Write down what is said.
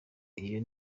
iyo